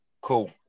Cool